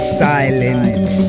silence